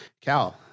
Cal